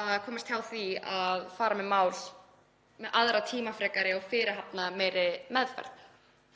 að komast hjá því að fara með mál í aðra tímafrekari og fyrirhafnarmeiri meðferð.